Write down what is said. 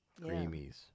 Creamies